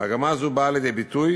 מגמה זו באה לידי ביטוי